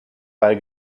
bei